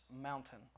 mountain